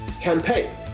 campaign